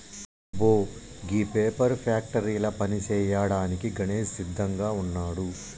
అబ్బో గీ పేపర్ ఫ్యాక్టరీల పని సేయ్యాడానికి గణేష్ సిద్దంగా వున్నాడు